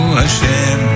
Hashem